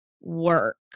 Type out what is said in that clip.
work